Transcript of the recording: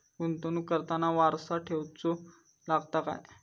गुंतवणूक करताना वारसा ठेवचो लागता काय?